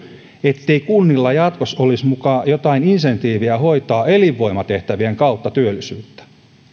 ettei kunnilla jatkossa olisi muka jotain insentiiviä hoitaa elinvoimatehtävien kautta työllisyyttä